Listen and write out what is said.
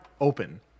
Open